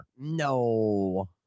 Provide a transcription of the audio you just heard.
No